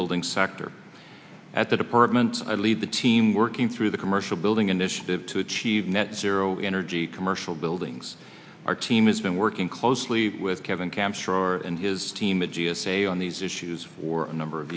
building sector at the department lead the team working through the commercial building initiative to achieve net zero energy commercial buildings our team has been working closely with kevin camps for and his team at g s a on these issues for a number of